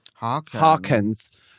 harkens